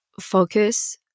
focus